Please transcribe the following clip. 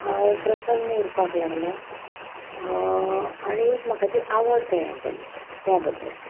हांव प्रसन्न उरपाक लागलें आनी म्हाका ती आवड तयार जाली त्या बद्दल